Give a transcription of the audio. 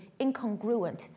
incongruent